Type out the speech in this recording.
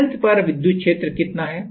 अनंत पर विद्युत क्षेत्र कितना है